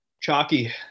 Chalky